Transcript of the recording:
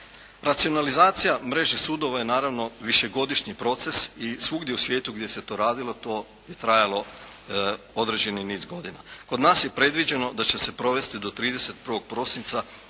Racionalizacija mreže sudova je naravno višegodišnji proces i svugdje u svijetu gdje se to radilo to je trajalo određeni niz godina. Kod nas je predviđeno da će se provesti do 31. prosinca